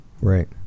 Right